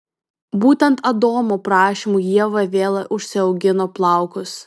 būtent adomo prašymu ieva vėl užsiaugino plaukus